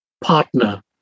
partner